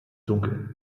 dunkel